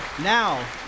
Now